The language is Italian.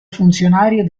funzionario